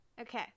okay